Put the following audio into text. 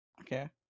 Okay